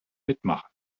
mitmachen